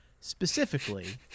specifically